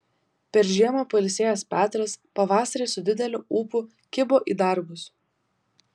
per žiemą pailsėjęs petras pavasarį su dideliu ūpu kibo į darbus